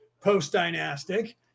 post-dynastic